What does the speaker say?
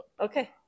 Okay